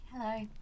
Hello